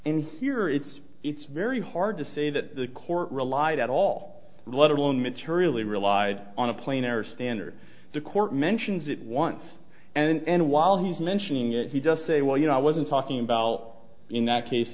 and here it's it's very hard to say that the court relied at all let alone materially relied on a plane or standard the court mentions it once and while he's mentioning it he just say well you know i wasn't talking about in that case